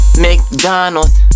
McDonald's